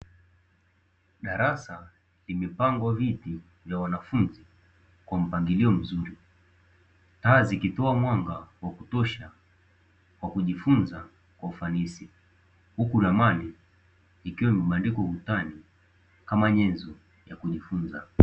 Darasa limepangwa viti vya wanafunzi kwa mpangilio mzuri, taa zikitoa mwanga wakutosha wa kujifunza kwa ufanisi huku ramani ikiwa imebandikwa ukutani kama nyenzo ya kujifunza.